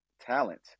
talent